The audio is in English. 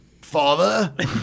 father